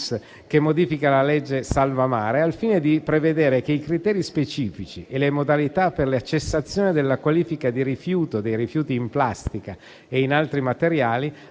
60, cosiddetta legge Salva Mare, al fine di prevedere che i criteri specifici e le modalità per la cessazione della qualifica di rifiuto dei rifiuti in plastica e in altri materiali